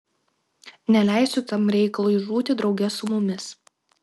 neleisiu tam reikalui žūti drauge su mumis